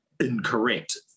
Incorrect